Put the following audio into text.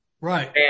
Right